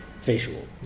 visual